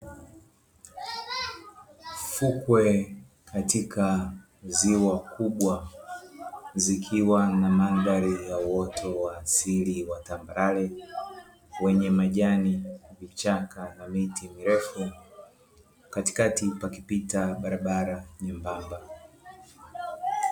Fukwe katika ziwa kubwa zikiwa na mandhari ya uoto wa asili wa tambarare wenye majani, vichaka na miti mirefu; katikati pakipita barabara nyembamba.